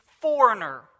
foreigner